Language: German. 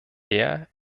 der